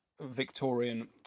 Victorian